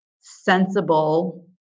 sensible